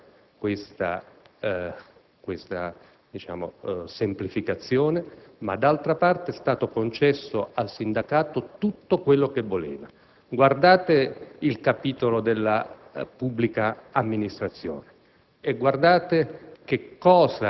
poveri e ricchi - mi consenta questa semplificazione polemica - ma, d'altra parte, è stato concesso al sindacato tutto ciò che voleva. Basta guardare il capitolo della pubblica amministrazione